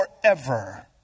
forever